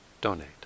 donate